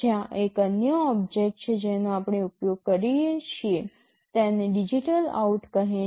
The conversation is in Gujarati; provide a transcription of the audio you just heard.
ત્યાં એક અન્ય ઓબ્જેક્ટ છે જેનો આપણે ઉપયોગ કરીએ છીએ તેને DigitalOut કહે છે